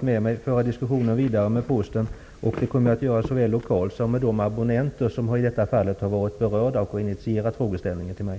med mig svaret och föra diskussionen med Posten vidare. Jag kommer att göra det såväl lokalt som med de berörda abonnenter som har aktualiserat frågan för mig.